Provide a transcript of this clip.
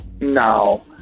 No